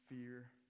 fear